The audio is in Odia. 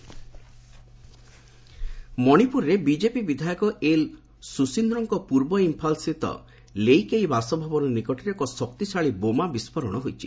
ମଣିପୁର ବ୍ଲାଷ୍ଟ ମଣିପୁରରେ ବିଜେପି ବିଧାୟକ ଏଲ ସୁସିନ୍ଦ୍ରୋଙ୍କ ପୂର୍ବ ଇମ୍ପାଲସ୍ଥିତ ଲେଇକାଇ ବାସଭବନ ନିକଟରେ ଏକ ଶକ୍ତିଶାଳୀ ବୋମା ବିସ୍ଫୋରଣ ଘଟିଛି